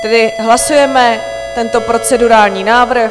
Tedy hlasujeme tento procedurální návrh.